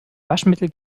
waschmittel